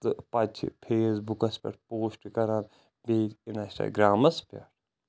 تہٕ پتہٕ چھُ فیس بُکس پٮ۪ٹھ پوسٹ کران بییٚہِ اِنسٹا گرامس پٮ۪ٹھ